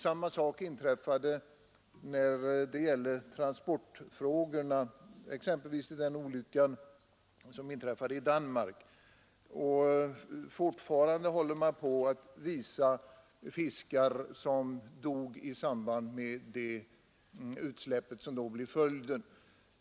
Samma sak har inträffat beträffande transportfrågorna, exempelvis vid olyckan i Danmark; fortfarande håller man på och visar fiskar som dog vid det utsläpp sorn då blev följden.